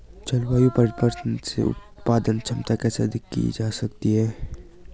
जलवायु परिवर्तन से उत्पादन क्षमता कैसे अधिक की जा सकती है?